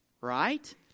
right